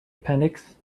appendix